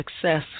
success